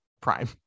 prime